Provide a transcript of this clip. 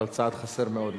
אבל צעד חסר מאוד,